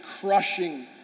crushing